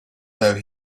though